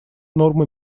нормы